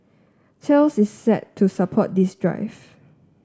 Thales is set to support this drive